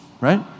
right